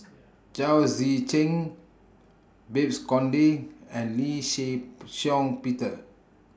Chao Tzee Cheng Babes Conde and Lee Shih Shiong Peter